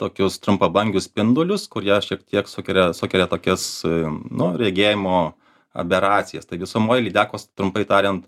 tokius trumpabangius spindulius kurie šiek tiek sugeria sukelia tokias nu regėjimo aberacijas taigi sumoj lydekos trumpai tariant